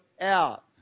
out